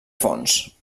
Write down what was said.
fons